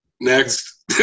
next